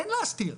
אין להסתיר,